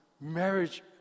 marriage